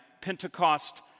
Pentecost